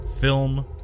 film